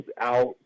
out